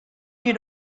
you